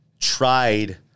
tried